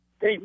Hey